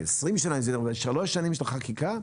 20 שנה בעצם, אבל שלוש שנים של חקיקה?